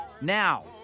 Now